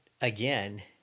again